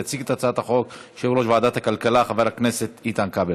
יציג את הצעת החוק יושב-ראש ועדת הכלכלה חבר הכנסת איתן כבל,